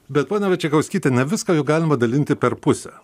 bet ponia vaičekauskyte ne viską juk galima dalinti per pusę